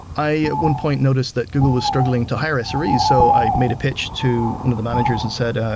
i, at one point, noticed that google was struggling to hire ah sre, so i made a pitch to one of the managers and said, ah